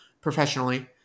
professionally